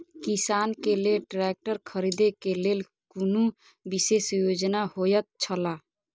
किसान के लेल ट्रैक्टर खरीदे के लेल कुनु विशेष योजना होयत छला?